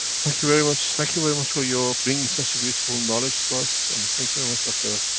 thank you very much. thank you very much for your bringing such a beautiful knowledge to us. and thank you very much dr.